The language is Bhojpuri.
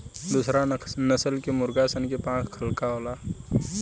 दुसरा नस्ल के मुर्गा सन के पांख हल्का होखेला